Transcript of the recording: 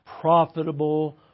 profitable